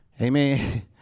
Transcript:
Amen